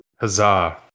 Huzzah